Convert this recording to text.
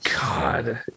god